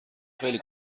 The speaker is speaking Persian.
خیلی